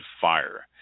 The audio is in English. fire